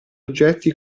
oggetti